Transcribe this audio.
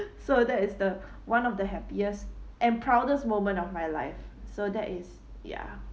so that is the one of the happiest and proudest moment of my life so that is ya